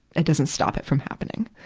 it doesn't stop it from happening.